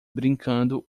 brincando